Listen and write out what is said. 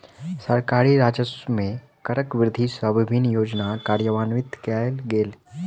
सरकारी राजस्व मे करक वृद्धि सँ विभिन्न योजना कार्यान्वित कयल गेल